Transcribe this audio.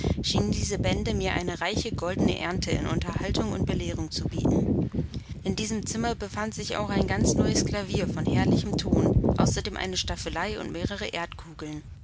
diese bände mir eine reiche goldene ernte in unterhaltung und belehrung zu bieten in diesem zimmer befand sich auch ein ganz neues klavier von herrlichem ton außerdem eine staffelei und mehrere